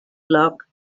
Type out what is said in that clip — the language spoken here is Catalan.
bloc